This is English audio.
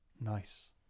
Nice